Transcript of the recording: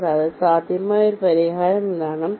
കൂടാതെ സാധ്യമായ ഒരു പരിഹാരം ഇതാണ്